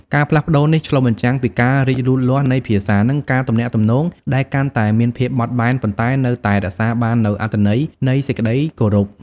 ការផ្លាស់ប្តូរនេះឆ្លុះបញ្ចាំងពីការរីកលូតលាស់នៃភាសា និងការទំនាក់ទំនងដែលកាន់តែមានភាពបត់បែន ប៉ុន្តែនៅតែរក្សាបាននូវអត្ថន័យនៃសេចក្ដីគោរព។